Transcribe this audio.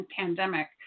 pandemic